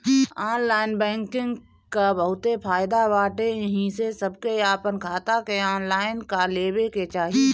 online banking कअ बहुते फायदा बाटे एही से सबके आपन खाता के ऑनलाइन कअ लेवे के चाही